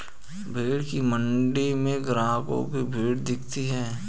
भेंड़ की मण्डी में ग्राहकों की भीड़ दिखती है